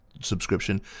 subscription